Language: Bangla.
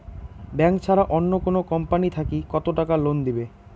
ব্যাংক ছাড়া অন্য কোনো কোম্পানি থাকি কত টাকা লোন দিবে?